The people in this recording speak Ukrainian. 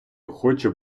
хоче